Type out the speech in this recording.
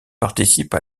participe